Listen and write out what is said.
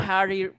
Harry